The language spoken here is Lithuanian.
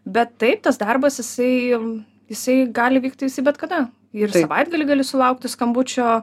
bet taip tas darbas jisai jisai gali vykti jisai bet kada ir savaitgalį gali sulaukti skambučio